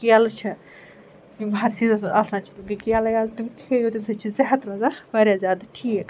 کٮ۪لہٕ چھِ یِم ہر سیٖزَس منٛز آسان چھِ تِم گٔیہِ کیلہٕ ویلہٕ تِم کھیٚیِو تَمہِ سۭتۍ چھِ صحت روزان واریاہ زیادٕ ٹھیٖک